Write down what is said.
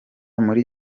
muri